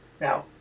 Now